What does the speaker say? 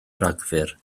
rhagfyr